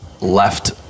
left